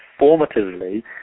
formatively